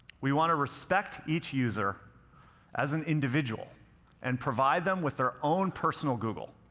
we wanna respect each user as an individual and provide them with their own personal google.